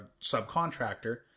subcontractor